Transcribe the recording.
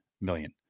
million